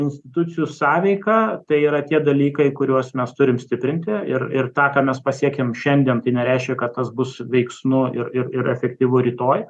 institucijų sąveika tai yra tie dalykai kuriuos mes turim stiprinti ir ir tą ką mes pasiekėm šiandien tai nereiškia kad tas bus veiksnu ir ir ir efektyvu rytoj